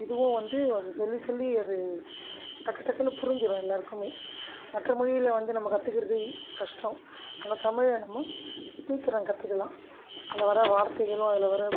இதுவும் வந்து அது சொல்லி சொல்லி அது டக்கு டக்குன்னு புரிஞ்சிடும் எல்லோருக்குமே மற்ற மொழியில் வந்து நம்ம கற்றுக்கிறது கஷ்டம் ஆனால் தமிழை நம்ம சீக்கிரம் கற்றுக்கலாம் அதில் வர வார்த்தைகளும் அதில் வர